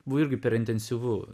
buvo irgi per intensyvu